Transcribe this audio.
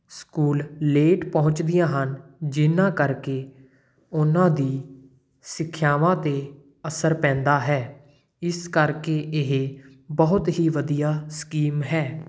school late ਪਹੁੰਚਦੀਆਂ ਹਨ ਜਿਹਨਾਂ ਕਰਕੇ ਉਹਨਾਂ ਦੀ ਸਿੱਖਿਆਵਾਂ 'ਤੇ ਅਸਰ ਪੈਂਦਾ ਹੈ ਇਸ ਕਰਕੇ ਇਹ ਬਹੁਤ ਹੀ ਵਧੀਆ ਸਕੀਮ ਹੈ